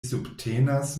subtenas